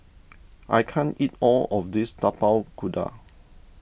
I can't eat all of this Tapak Kuda